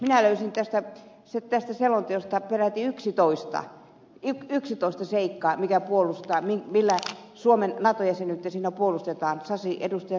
minä löysin tästä selonteosta peräti yksitoista seikkaa millä suomen nato jäsenyyttä siinä puolustetaan ed